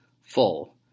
full